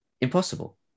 impossible